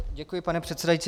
Děkuji, pane předsedající.